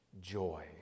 joy